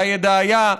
אלה ידעיה,